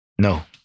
No